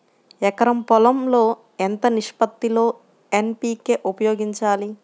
ఎకరం పొలం లో ఎంత నిష్పత్తి లో ఎన్.పీ.కే ఉపయోగించాలి?